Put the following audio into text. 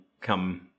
come